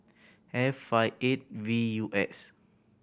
F five eight V U X